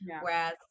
whereas